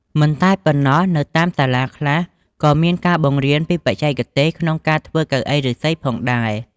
មិនតែប៉ុណ្ណោះ នៅតាមសាលាខ្លះ ក៏មានការបង្រៀនពីបច្ចេកទេសក្នងការធ្វើកៅអីឫស្សីផងដែរ។